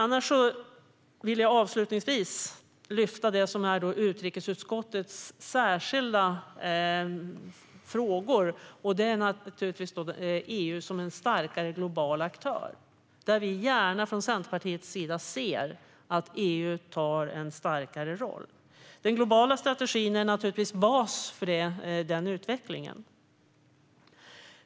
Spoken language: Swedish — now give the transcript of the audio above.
Jag vill avslutningsvis lyfta upp utrikesutskottets särskilda frågor, och det är EU som en starkare global aktör, där vi i Centerpartiet gärna ser att EU intar en starkare roll. Den globala strategin är naturligtvis bas för denna utveckling.